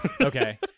Okay